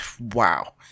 wow